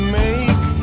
make